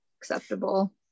acceptable